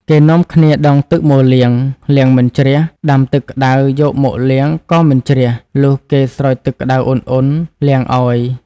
គេនាំគ្នាដងទឹកមកលាង លាងមិនជ្រះ ដាំទឹកក្ដៅយកមកលាងក៏មិនជ្រះ លុះគេ ស្រោចទឹកក្ដៅអ៊ុនៗលាងឱ្យ។